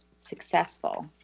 successful